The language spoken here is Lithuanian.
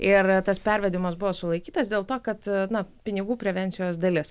ir tas pervedimas buvo sulaikytas dėl to kad na pinigų prevencijos dalis